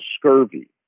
scurvy